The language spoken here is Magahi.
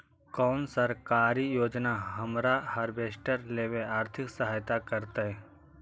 कोन सरकारी योजना हमरा हार्वेस्टर लेवे आर्थिक सहायता करतै?